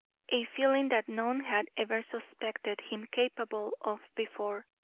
a feeling that none had ever suspected him capable of before,